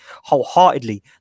wholeheartedly